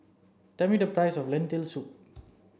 tell me the price of Lentil soup